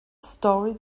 story